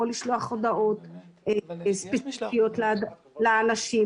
או לשלוח הודעות ספציפיות לאנשים